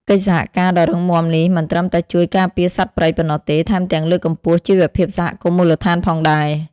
កិច្ចសហការដ៏រឹងមាំនេះមិនត្រឹមតែជួយការពារសត្វព្រៃប៉ុណ្ណោះទេ ថែមទាំងលើកកម្ពស់ជីវភាពសហគមន៍មូលដ្ឋានផងដែរ។